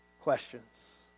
questions